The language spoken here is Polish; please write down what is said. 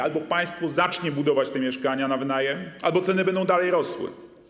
Albo państwo zacznie budować te mieszkania na wynajem, albo ceny będą dalej rosły.